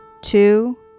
two